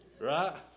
Right